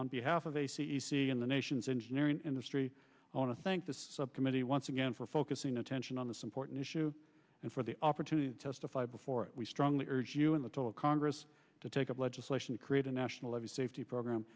on behalf of a c e c in the nation's engineering industry i want to thank the subcommittee once again for focusing attention on this important issue and for the opportunity to testify before we strongly urge you in the toe of congress to take up legislation to create a national level safety program